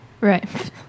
Right